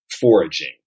foraging